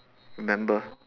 remember